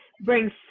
Brings